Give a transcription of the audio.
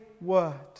word